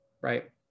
right